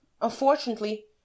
unfortunately